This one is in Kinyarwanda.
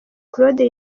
claude